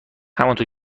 همانطور